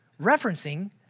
referencing